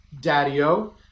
daddy-o